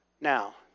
Now